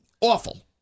Awful